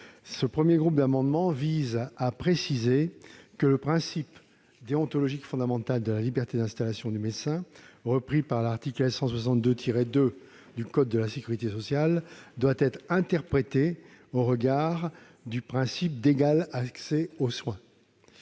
, 422 et 437 rectifié vise à préciser que le principe déontologique fondamental de la liberté d'installation des médecins, repris par l'article L. 162-2 du code de la sécurité sociale, doit être interprété au regard du principe d'égal accès aux soins.